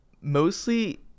mostly